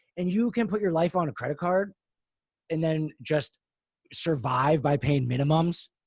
and you can put your life on a credit card and then just survive by paying minimums.